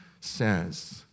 says